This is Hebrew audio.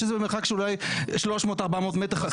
שזה מרחק של אולי 300 או 400 מטרים משם,